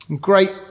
great